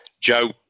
Joe